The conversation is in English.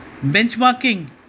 benchmarking